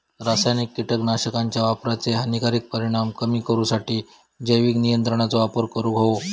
रासायनिक कीटकनाशकांच्या वापराचे हानिकारक परिणाम कमी करूसाठी जैविक नियंत्रणांचो वापर करूंक हवो